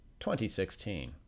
2016